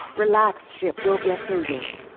relax chip, we'll get through this.